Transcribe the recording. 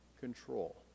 control